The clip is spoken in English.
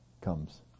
comes